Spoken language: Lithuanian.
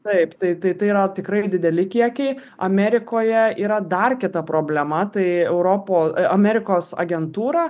taip tai tai yra tikrai dideli kiekiai amerikoje yra dar kita problema tai europos amerikos agentūra